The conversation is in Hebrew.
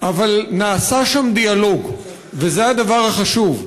אבל נעשה שם דיאלוג, וזה הדבר החשוב.